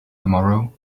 tomorrow